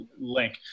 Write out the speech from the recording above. link